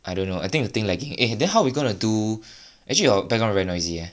I don't know I think the thing lagging eh then how are we gonna do actually your background very noisy eh